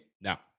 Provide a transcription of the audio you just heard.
Now